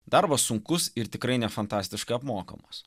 darbas sunkus ir tikrai ne fantastiškai apmokamas